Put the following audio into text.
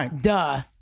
duh